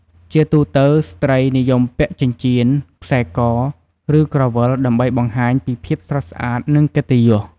ជាទូទៅ ស្ត្រីនិយមពាក់ចិញ្ចៀន ខ្សែក ឬ ក្រវិល ដើម្បីបង្ហាញពីភាពស្រស់ស្អាត និងកិត្តិយស។